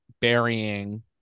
burying